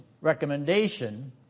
recommendation